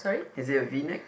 is it a V neck